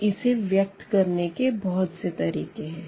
तो इसे व्यक्त करने के बहुत से तरीके है